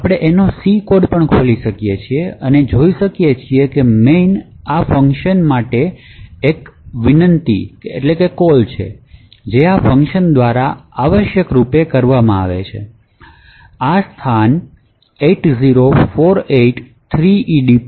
આપણે એનો C code પણ ખોલી શકીએ છીએ અને જોઈ શકીએ છીએ કે મેઇન આ ફંકશન માટે એક વિનંતી છે જે આ function દ્વારા આવશ્યક રૂપે કરવામાં આવે છે આ સ્થાન 80483ED પર